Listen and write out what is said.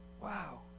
Wow